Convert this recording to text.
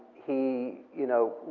he, you know,